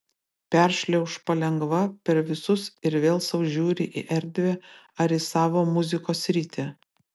peršliauš palengva per visus ir vėl sau žiūri į erdvę ar į savo muzikos sritį